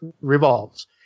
revolves